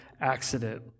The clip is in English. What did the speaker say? accident